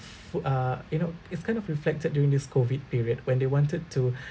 f~ uh you know it's kind of reflected during this COVID period when they wanted to